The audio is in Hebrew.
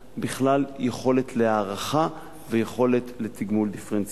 יכולת הערכה בכלל ויכולת לתגמול דיפרנציאלי.